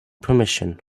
permission